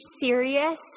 serious